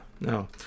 no